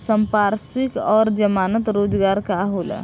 संपार्श्विक और जमानत रोजगार का होला?